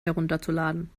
herunterzuladen